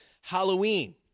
Halloween